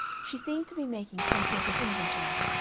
she seemed to be making some sort of inventory.